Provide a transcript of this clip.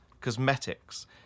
Cosmetics